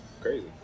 crazy